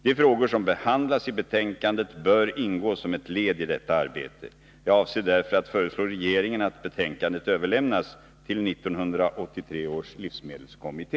De frågor som behandlas i betänkandet bör ingå som ett led i detta arbete. Jag avser därför att föreslå regeringen att betänkandet överlämnas till 1983 års livsmedelskommitté.